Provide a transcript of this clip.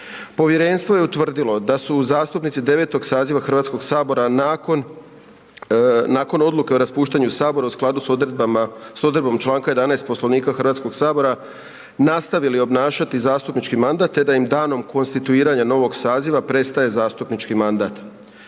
Povjerenstvo je utvrdilo da su zastupnici 9. saziva Hrvatskog sabora nakon, nakon odluke o raspuštanju sabora u skladu s odredbama, s odredbom Članka 11. Poslovnika Hrvatskog sabora nastavili obnašati zastupnički mandat te da im danom konstituiranja novog saziva prestaje zastupnički mandat.